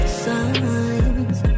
signs